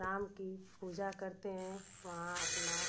राम की पूजा करते हैं वहाँ अपना